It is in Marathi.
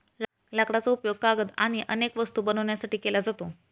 लाकडाचा उपयोग कागद आणि अनेक वस्तू बनवण्यासाठी केला जातो